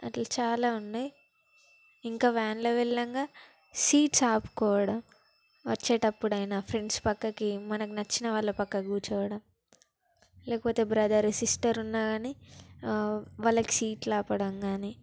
అట్ల చాలా ఉన్నాయి ఇంకా వ్యాన్లో వెళ్ళంగా సీట్స్ ఆపుకోవడం వచ్చేటప్పుడైనా ఫ్రెండ్స్ పక్కకి మనము నచ్చినవాళ్ళ పక్క కూర్చోవడం లేకపోతే బ్రదరు సిస్టరు ఉన్నా కానీ వాళ్ళకి సీట్లు ఆపడం కానీ